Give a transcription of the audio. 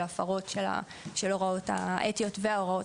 של הפרות של ההוראות האתיות וההוראות